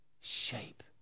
shape